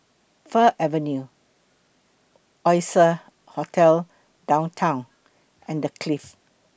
Fir Avenue Oasia Hotel Downtown and The Clift